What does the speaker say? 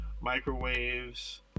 microwaves